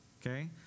Okay